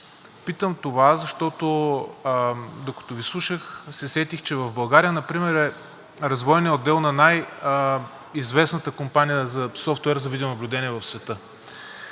Питам това защото, докато Ви слушах, се сетих, че в България например е развойният отдел на най-известната компания за софтуер за видеонаблюдение в света.